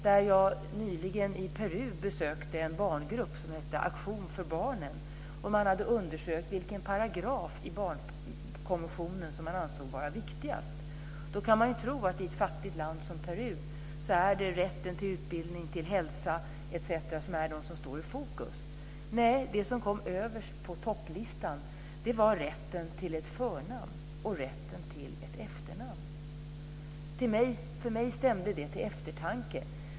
Jag besökte nyligen i Peru en barngrupp som heter Aktion för barnen. Man hade undersökt vilken paragraf i barnkonventionen som ansågs viktigast. I ett fattigt land som Peru kan man tro att det är rätten till utbildning, hälsa, etc. som står i fokus. Men det som kom överst på topplistan var rätten till ett förnamn och rätten till ett efternamn. Det stämde mig till eftertanke.